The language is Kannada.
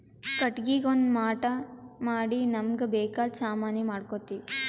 ಕಟ್ಟಿಗಿಗಾ ಒಂದ್ ಮಾಟ್ ಮಾಡಿ ನಮ್ಮ್ಗ್ ಬೇಕಾದ್ ಸಾಮಾನಿ ಮಾಡ್ಕೋತೀವಿ